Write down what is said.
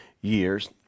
years